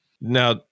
Now